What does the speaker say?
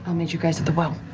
and meet you guys at the well.